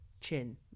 chin